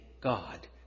God